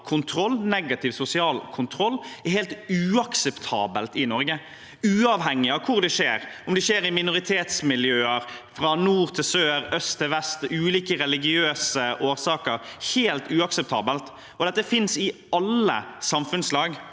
kontroll, negativ sosial kontroll, er helt uakseptabelt i Norge, uavhengig av hvor det skjer, om det skjer i minoritetsmiljøer, fra nord til sør, fra øst til vest, av ulike religiøse årsaker. Det er helt uakseptabelt, og dette finnes i alle samfunnslag.